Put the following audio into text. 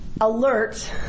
alert